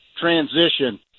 transition